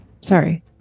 sorry